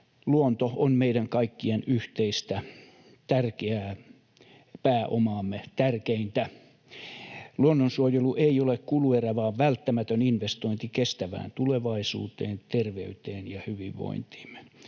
luonto on meidän kaikkien yhteistä, tärkeää pääomaa, tärkeintämme. Luonnonsuojelu ei ole kuluerä vaan välttämätön investointi kestävään tulevaisuuteen, terveyteen ja hyvinvointiimme.